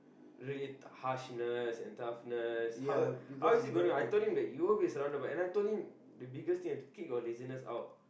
really harshness and toughness how how is it gonna I told him you'll be surrounded and I told him the biggest thing you've to kick your laziness out